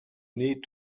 need